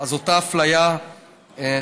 אז אותה אפליה נגמרת.